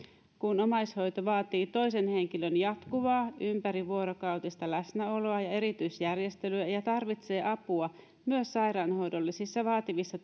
kun omaishoito vaatii toisen henkilön jatkuvaa ympärivuorokautista läsnäoloa ja erityisjärjestelyä ja tarvitsee apua myös sairaanhoidollisissa vaativissa